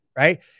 Right